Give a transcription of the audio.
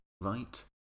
right